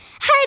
Hey